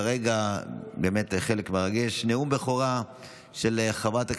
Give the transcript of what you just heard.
כרגע באמת חלק מרגש, נאום הבכורה של חברת הכנסת,